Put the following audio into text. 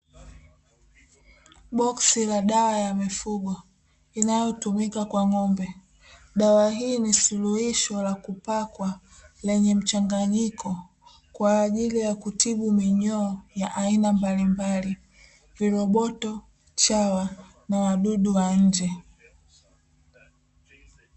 Boksi la dawa ya mifugo inayotumika kwa ng’ombe, dawa hii ni suluhisho la kupaka lenye mchanganyiko kwa ajili ya kutibu minyoo ya aina mbalimbali, viroboto, chawa na wadudu wa nje.